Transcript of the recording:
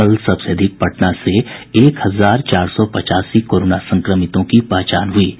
कल सबसे अधिक पटना से एक हजार चार सौ पचासी कोरोना संक्रमितों की पहचान हुई है